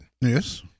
yes